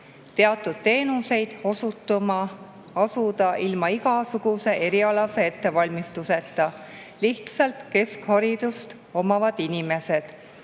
teatud teenuseid osutama asuda ilma igasuguse erialase ettevalmistuseta, lihtsalt keskharidust omavad inimesed.